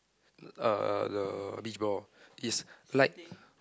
uh the beach ball is like